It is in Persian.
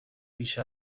بیش